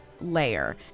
layer